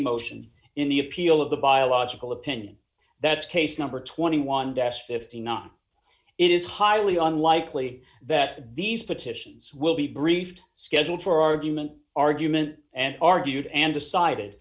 motion in the appeal of the biological opinion that's case number twenty one das fifty nine it is highly unlikely that these petitions will be briefed scheduled for argument argument and argued and